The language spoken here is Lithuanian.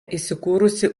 įsikūrusi